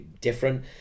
different